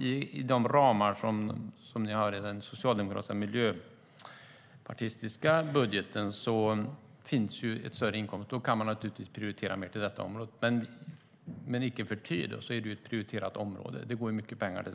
I de ramar som ni har i den socialdemokratiska och miljöpartistiska budgeten finns större inkomster. Då kan man naturligtvis prioritera att ge mer till detta område. Men icke förty är det ett prioriterat område som det går mycket pengar till.